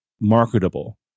marketable